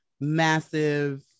massive